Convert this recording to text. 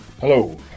Hello